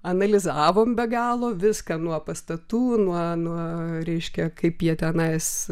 analizavom be galo viską nuo pastatų nuo reiškia kaip jie tenais